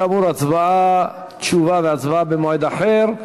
כאמור, תשובה והצבעה במועד אחר.